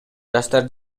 жаштар